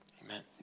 Amen